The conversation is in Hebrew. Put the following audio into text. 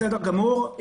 בסדר גמור.